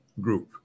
group